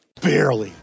Barely